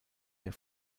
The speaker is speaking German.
der